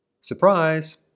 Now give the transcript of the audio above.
Surprise